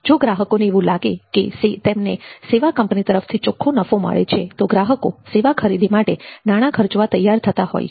જો ગ્રાહકોને એવું લાગે કે તેમને સેવા કંપની તરફથી ચોખ્ખો નફો મળે છે તો ગ્રાહકો સેવા ખરીદી માટે નાણાં ખર્ચવા તૈયાર થતાં હોય છે